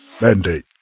Mandate